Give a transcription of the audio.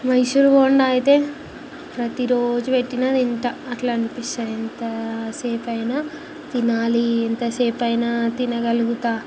మైసూర్ బోండా అయితే ప్రతిరోజు పెట్టినా తింట అట్లనిపిస్తుంది ఎంతసేపయిన తినాలి ఎంతసేపయినా తినగలుగుతాను